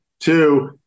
Two